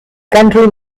country